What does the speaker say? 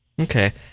Okay